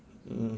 mm